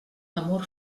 amor